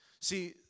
See